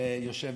שיושבת,